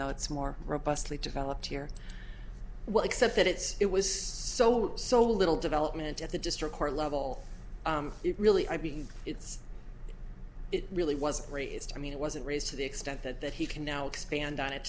though it's more robustly developed here well except that it's it was so so little development at the district court level it really i believe it's it really was raised i mean it wasn't raised to the extent that that he can now expand on it